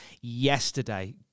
yesterday